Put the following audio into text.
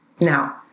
Now